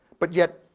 but yet,